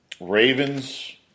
Ravens